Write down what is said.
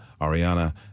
Ariana